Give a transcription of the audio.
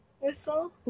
whistle